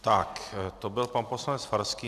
Tak, to byl pan poslanec Farský.